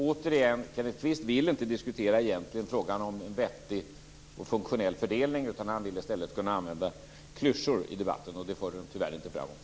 Återigen: Kenneth Kvist vill egentligen inte diskutera frågan om en vettig och funktionell fördelning. Han vill i stället kunna använda klyschor i debatten. Det för den tyvärr inte framåt.